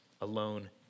alone